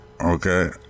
okay